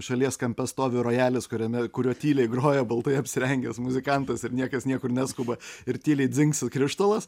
šalies kampe stovi rojalis kuriame kuriuo tyliai groja baltai apsirengęs muzikantas ir niekas niekur neskuba ir tyliai dzingsi krištolas